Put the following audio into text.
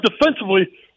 defensively